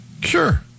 sure